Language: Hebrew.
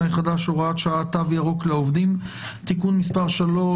החדש (הוראת שעה) (תו ירוק לעובדים) (תיקון מס' 3),